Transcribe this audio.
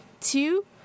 Two